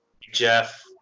Jeff